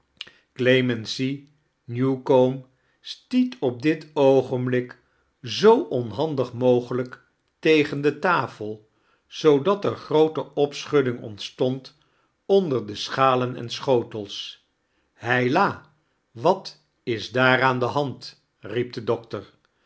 newcome stiet op dit oogenblik zoo onhandig mogelijk tegen de tafel zoodat er groot opschudding ontstond onder de schalen en schotels heila wat is daar aan de hand riep de doctor